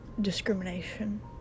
discrimination